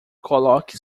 coloque